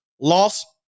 loss